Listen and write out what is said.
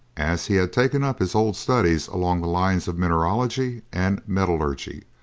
as he had taken up his old studies along the lines of mineralogy and metallurgy,